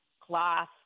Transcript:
cloth